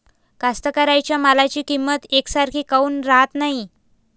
कास्तकाराइच्या मालाची किंमत यकसारखी काऊन राहत नाई?